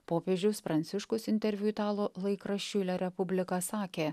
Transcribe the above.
popiežius pranciškus interviu italų laikraščiui republika sakė